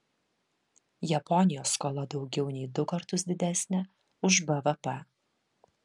japonijos skola daugiau nei du kartus didesnė už bvp